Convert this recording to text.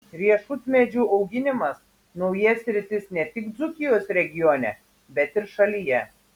riešutmedžių auginimas nauja sritis ne tik dzūkijos regione bet ir šalyje